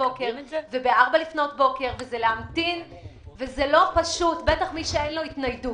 באמצע הלילה וזה לא פשוט, בטח למי שלא נייד.